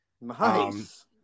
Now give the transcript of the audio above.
Nice